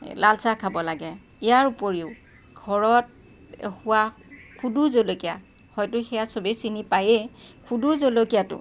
লাল চাহ খাব লাগে ইয়াৰ উপৰিও ঘৰত হোৱা খুদু জলকীয়া হয়তো সেয়া সবেই চিনি পায়েই খুদু জলকীয়াটো